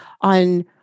on